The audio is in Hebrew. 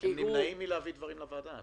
--- הם נמנעים מלהביא דברים לוועדה.